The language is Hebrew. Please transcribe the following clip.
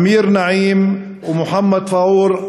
אמיר נעים ומוחמד פאעור,